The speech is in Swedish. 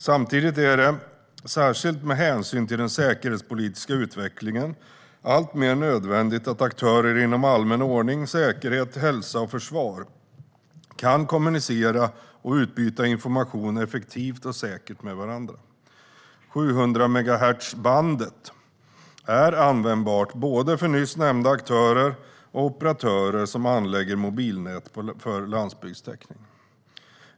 Samtidigt är det, särskilt med hänsyn till den säkerhetspolitiska utvecklingen, alltmer nödvändigt att aktörer inom allmän ordning, säkerhet, hälsa och försvar kan kommunicera och utbyta information effektivt och säkert med varandra. 700-megahertzbandet är användbart både för nyss nämnda aktörer och för operatörer som anlägger mobilnät för landsbygdstäckning.